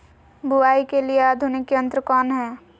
बुवाई के लिए आधुनिक यंत्र कौन हैय?